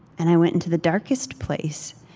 and i went into the darkest place.